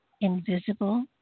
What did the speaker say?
Invisible